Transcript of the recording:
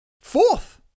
fourth